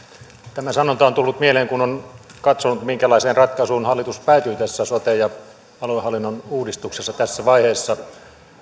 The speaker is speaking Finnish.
tämä sanonta on tullut mieleen kun on katsonut minkälaiseen ratkaisuun hallitus päätyi tässä sote ja aluehallinnon uudistuksessa tässä vaiheessa